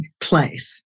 place